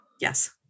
Yes